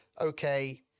okay